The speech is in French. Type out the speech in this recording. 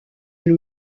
elle